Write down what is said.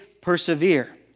persevere